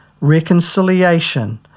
reconciliation